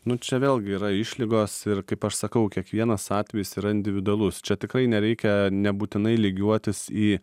nu čia vėlgi yra išlygos ir kaip aš sakau kiekvienas atvejis yra individualus čia tikrai nereikia nebūtinai lygiuotis į